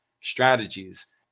Strategies